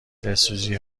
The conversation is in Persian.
دلسوزی